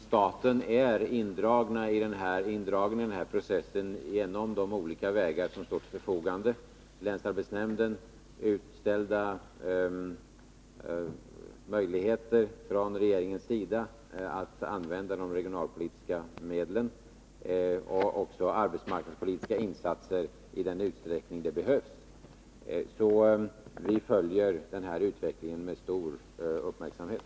Staten är alltså indragen i den här processen på de olika vägar som står till förfogande — länsarbetsnämnden, utställda löften från regeringen att använda de regionalpolitiska medlen och arbetsmarknadspolitiska insatser i den utsträckning sådana behövs. Vi följer utvecklingen med stor uppmärksamhet.